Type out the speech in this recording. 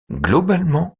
globalement